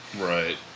Right